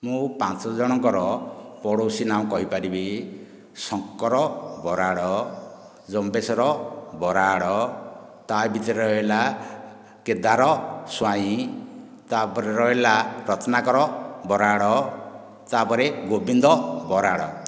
ମୁଁ ପାଞ୍ଚ ଜଣଙ୍କର ପଡ଼ୋଶୀ ନାମ କହିପାରିବି ଶଙ୍କର ବରାଡ଼ ଜମ୍ବେଶ୍ୱର ବରାଡ଼ ତା ଭିତରେ ରହିଲା କେଦାର ସ୍ୱାଇଁ ତାପରେ ରହିଲା ରତ୍ନାକର ବରାଡ଼ ତାପରେ ଗୋବିନ୍ଦ ବରାଡ଼